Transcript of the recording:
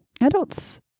Adults